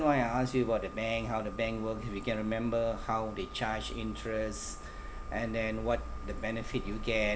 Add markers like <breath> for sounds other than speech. why I ask you about the bank how the bank work if you can remember how they charge interest <breath> and then what the benefit you get